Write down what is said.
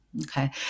Okay